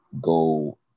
go